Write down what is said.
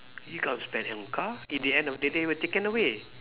you can't spend on car in the end of the day will taken away